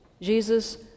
Jesus